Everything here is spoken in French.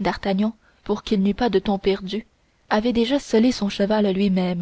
d'artagnan pour qu'il n'y eût pas de temps perdu avait déjà sellé son cheval lui-même